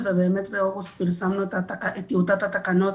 ובאמת באוגוסט פרסמנו את טיוטת התקנות